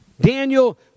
Daniel